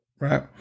right